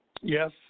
Yes